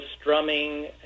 strumming